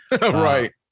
Right